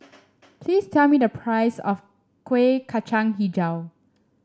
please tell me the price of Kuih Kacang hijau